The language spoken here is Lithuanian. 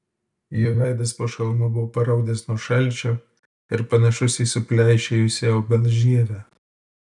jo veidas po šalmu buvo paraudęs nuo šalčio ir panašus į supleišėjusią obels žievę